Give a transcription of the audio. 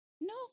No